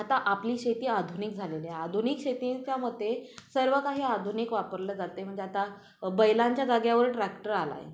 आता आपली शेती आधुनिक झालेली आहे आधुनिक शेतीच्यामध्ये सर्व काही आधुनिक वापरलं जाते म्हणजे आता बैलांच्या जाग्यावर ट्रॅक्टर आला आहे